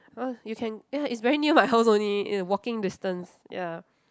ah you can ya it's very new my house only in a walking distance ya